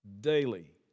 daily